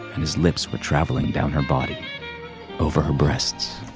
his lips were travelling down her body over her breasts,